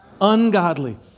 Ungodly